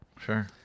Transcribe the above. Sure